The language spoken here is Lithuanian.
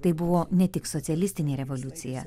tai buvo ne tik socialistinė revoliucija